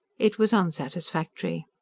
it was unsatisfactory.